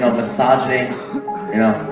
ah misogyny y'know